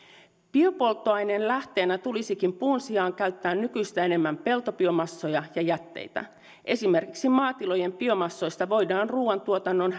biopolttoaineen lähteenä tulisikin puun sijaan käyttää nykyistä enemmän peltobiomassoja ja jätteitä esimerkiksi maatilojen biomassoista voidaan ruoantuotannon